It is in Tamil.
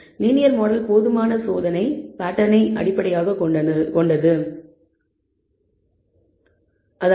லீனியர் மாடல் அடிகுவசி டெஸ்ட் பேட்டர்ன் ஐ அடிப்படையாகக் கொண்டது